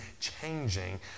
changing